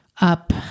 up